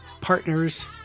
Partners